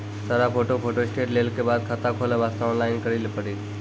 सारा photo photostat लेल के बाद खाता खोले वास्ते ऑनलाइन करिल पड़ी?